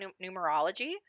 numerology